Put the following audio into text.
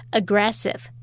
aggressive